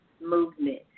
movement